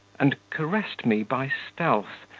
and caressed me by stealth,